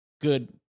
good